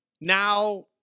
now